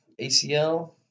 ACL